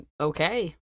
okay